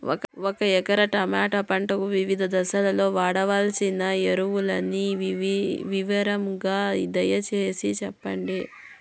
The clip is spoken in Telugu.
ఒక ఎకరా టమోటా పంటకు వివిధ దశల్లో వాడవలసిన ఎరువులని వివరంగా దయ సేసి చెప్పండి?